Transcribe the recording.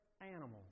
animals